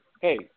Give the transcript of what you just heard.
hey